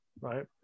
right